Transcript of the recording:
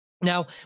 Now